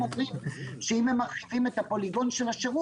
או מרים שאם הם מרחיבים את הפוליגון של השירות,